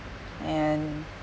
and